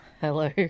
Hello